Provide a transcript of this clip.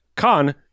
Khan